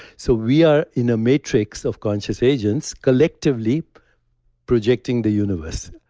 so we are in a matrix of conscious agents, collectively projecting the universe,